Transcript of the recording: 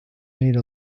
made